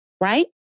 right